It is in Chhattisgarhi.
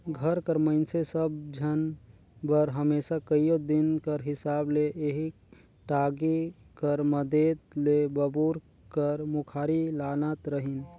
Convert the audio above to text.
घर कर मइनसे सब झन बर हमेसा कइयो दिन कर हिसाब ले एही टागी कर मदेत ले बबूर कर मुखारी लानत रहिन